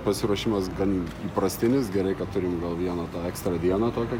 pasiruošimas gan įprastinis gerai kad turim gal vieną tą ekstra dieną tokią